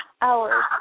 Hours